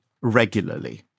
regularly